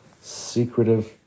secretive